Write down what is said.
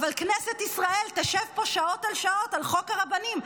אבל כנסת ישראל תשב פה שעות על שעות על חוק הרבנים,